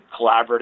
collaborative